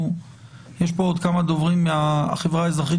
יש פה עוד כמה דוברים מהחברה האזרחית